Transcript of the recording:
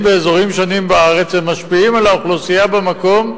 באזורים רבים בארץ ומשפיעים על האוכלוסייה במקום,